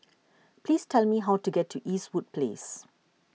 please tell me how to get to Eastwood Place